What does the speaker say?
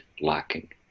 lacking